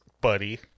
buddy